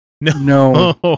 no